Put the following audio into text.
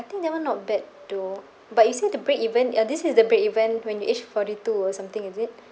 I think that one not bad though but you say to break-even uh this is the break-even when you age forty two or something is it